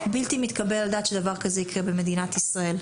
בלתי מתקבל על הדעת שדבר כזה יקרה במדינת ישראל.